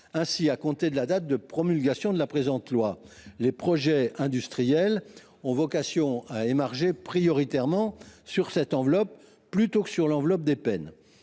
Ainsi, à compter de la date de promulgation de la présente loi, les projets industriels auront vocation à émarger prioritairement sur cette enveloppe, plutôt que sur l’enveloppe des Pene.